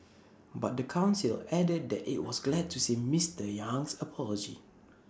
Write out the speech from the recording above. but the Council added that IT was glad to see Mister Yang's apology